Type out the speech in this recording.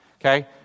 okay